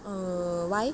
err why